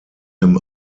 him